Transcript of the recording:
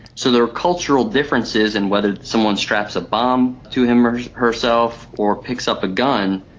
so there are cultural differences in whether someone straps a bomb to him or herself or picks up a gun,